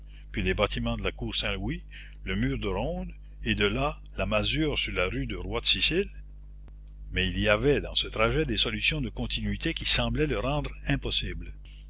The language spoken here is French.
puis les bâtiments de la cour saint-louis le mur de ronde et de là la masure sur la rue du roi de sicile mais il y avait dans ce trajet des solutions de continuité qui semblaient le rendre impossible